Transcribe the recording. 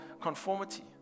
conformity